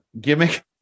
gimmick